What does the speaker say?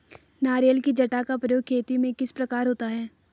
नारियल की जटा का प्रयोग खेती में किस प्रकार होता है?